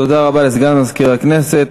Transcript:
תודה רבה לסגן מזכיר הכנסת.